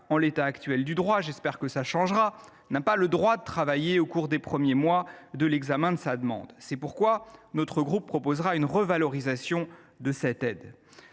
en l’état du droit – j’espère que cela changera –, n’a pas le droit de travailler au cours des premiers mois de l’examen de sa demande. C’est pourquoi notre groupe proposera une revalorisation de cette aide.